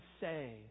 say